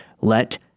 Let